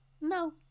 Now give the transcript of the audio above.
no